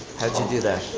how'd you do that?